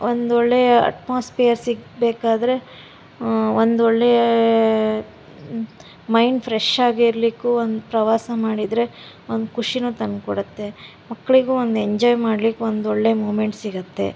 ಒಂದೊಳ್ಳೆಯ ಅಟ್ಮಾಸ್ಫಿಯರ್ ಸಿಗಬೇಕಾದ್ರೆ ಒಂದೊಳ್ಳೆಯ ಮೈಂಡ್ ಫ್ರೆಶ್ ಆಗಿರಲಿಕ್ಕೂ ಒಂದು ಪ್ರವಾಸ ಮಾಡಿದರೆ ಒಂದು ಖುಷಿನೂ ತಂದುಕೊಡುತ್ತೆ ಮಕ್ಕಳಿಗೂ ಒಂದು ಎಂಜಾಯ್ ಮಾಡ್ಲಿಕ್ಕೆ ಒಂದೊಳ್ಳೆಯ ಮೂಮೆಂಟ್ ಸಿಗುತ್ತೆ